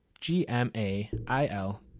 G-M-A-I-L